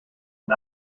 und